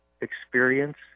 experience